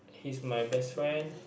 his my best friend